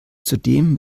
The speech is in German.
zudem